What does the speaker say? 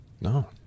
No